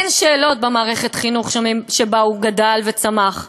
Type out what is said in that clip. אין שאלות במערכת החינוך שבה הוא גדל וצמח.